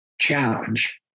challenge